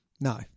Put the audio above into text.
No